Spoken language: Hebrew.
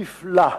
נפלא.